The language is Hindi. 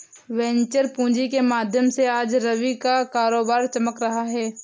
वेंचर पूँजी के माध्यम से आज रवि का कारोबार चमक रहा है